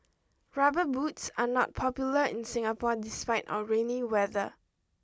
rubber boots are not popular in Singapore despite our rainy weather